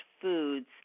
foods